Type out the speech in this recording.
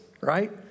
right